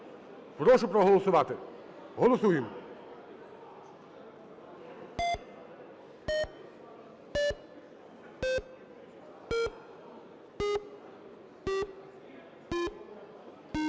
Прошу проголосувати. Голосуємо.